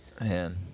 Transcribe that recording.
man